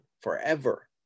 forever